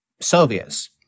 Soviets